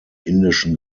indischen